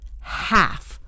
half